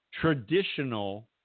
traditional